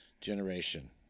generation